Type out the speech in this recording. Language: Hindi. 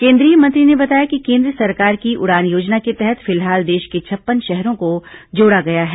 केंद्रीय मंत्री ने बताया कि केन्द्र सरकार की उड़ान योजना के तहत फिलहाल देश के छप्पन शहरों को जोड़ा गया है